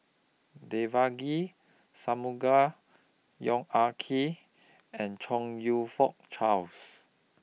Devagi Sanmugam Yong Ah Kee and Chong YOU Fook Charles